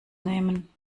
nehmen